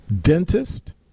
dentist